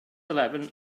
eleven